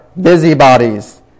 busybodies